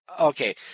Okay